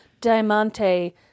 diamante